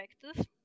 practice